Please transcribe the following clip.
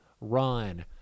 run